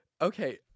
okay